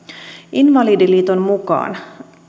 invalidiliiton mukaan